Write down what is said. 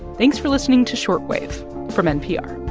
thanks for listening to short wave from npr